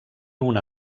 una